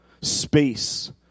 space